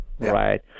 Right